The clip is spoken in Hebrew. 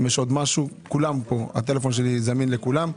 כולם פה - הטלפון שלי זמין לכולם.